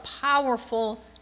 powerful